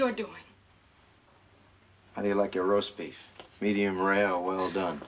you're doing how do you like your roast beef medium rare or well done